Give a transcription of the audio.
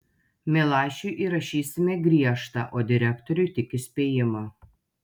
milašiui įrašysime griežtą o direktoriui tik įspėjimą